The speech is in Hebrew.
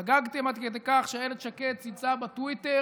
חגגתם עד כדי כך שאילת שקד ציינה בטוויטר: